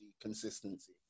consistency